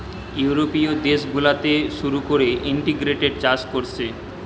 ইউরোপীয় দেশ গুলাতে শুরু কোরে ইন্টিগ্রেটেড চাষ কোরছে